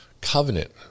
covenant